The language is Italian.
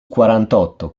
quarantotto